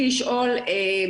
מוכשרים.